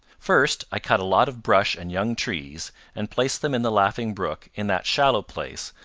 first, i cut a lot of brush and young trees and placed them in the laughing brook in that shallow place,